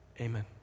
Amen